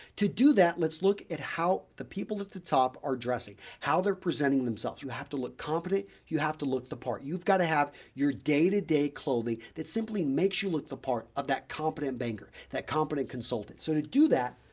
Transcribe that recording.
to do that let's look at how the people at the top are dressing, how they're presenting themselves. you have to look confident you have to look the part. you've got to have your day-to-day clothing that simply makes you look the part of that competent banker, that competent consultant. so, to do that,